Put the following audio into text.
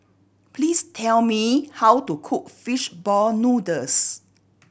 please tell me how to cook fish ball noodles